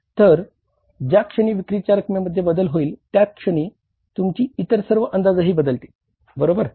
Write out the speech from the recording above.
तर ज्या क्षणी विक्रीच्या रक्कमेमध्ये बद्दल होईल त्याच क्षणी तुमचे इतर सर्व अंदाजही बदलतील बरोबर